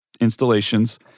installations